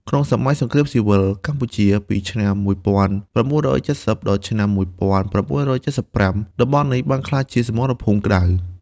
ក្នុងសម័យសង្គ្រាមស៊ីវិលកម្ពុជា ពីឆ្នាំ ១៩៧០ ដល់ ឆ្នាំ ១៩៧៥ តំបន់នេះបានក្លាយជាសមរភូមិក្តៅ។